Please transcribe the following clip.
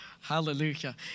Hallelujah